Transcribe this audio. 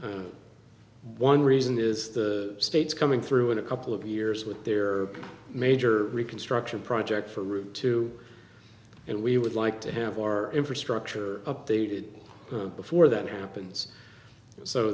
and one reason is the states coming through in a couple of years with their major reconstruction project for route two and we would like to have our infrastructure updated before that happens so